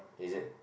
is it